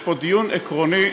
יש פה דיון עקרוני.